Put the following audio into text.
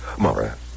Mara